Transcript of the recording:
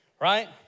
Right